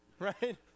Right